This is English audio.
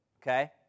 okay